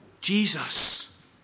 Jesus